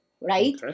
Right